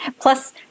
Plus